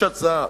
יש הצעה,